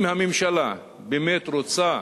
אם הממשלה באמת רוצה